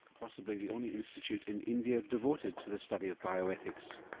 possibly the only institute in india devoted to the study of bioethics.